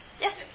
Yes